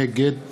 נגד